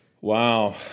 Wow